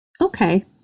okay